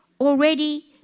already